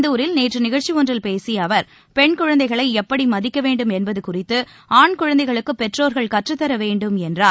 இந்தூரில் நேற்று நிகழ்ச்சி ஒன்றில் பேசிய அவர் பெண் குழந்தைகளை எப்படி மதிக்க வேண்டும் என்பது குறித்து ஆண் குழந்தைகளுக்கு பெற்றோர்கள் கற்றுத்தர வேண்டும் என்றார்